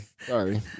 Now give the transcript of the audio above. sorry